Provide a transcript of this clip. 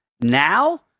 now